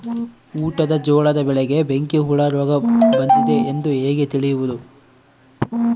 ಊಟದ ಜೋಳದ ಬೆಳೆಗೆ ಬೆಂಕಿ ಹುಳ ರೋಗ ಬಂದಿದೆ ಎಂದು ಹೇಗೆ ತಿಳಿಯುವುದು?